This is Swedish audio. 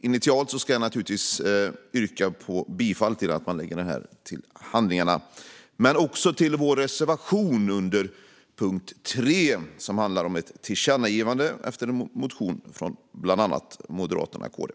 Initialt yrkar jag bifall till förslaget men också till vår reservation under punkt 3, som handlar om ett förslag till tillkännagivande efter en motion från bland annat Moderaterna och KD.